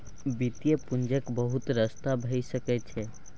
वित्तीय पूंजीक बहुत रस्ता भए सकइ छै